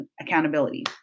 accountability